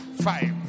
five